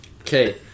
Okay